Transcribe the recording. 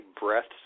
breaths